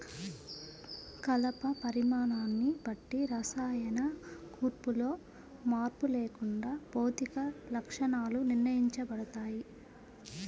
కలప పరిమాణాన్ని బట్టి రసాయన కూర్పులో మార్పు లేకుండా భౌతిక లక్షణాలు నిర్ణయించబడతాయి